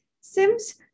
Sims